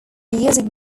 music